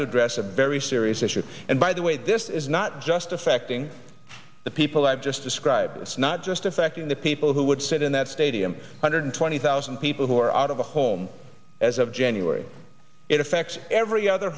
to address a very serious issue and by the way this is not just affecting the people i've just described it's not just affecting the people who would sit in that stadium hundred twenty thousand people who are out of a home as of january it affects every other